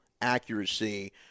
accuracy